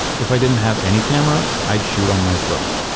if i didn't have any camera, i'd shoot on my phone.